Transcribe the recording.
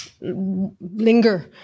linger